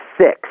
six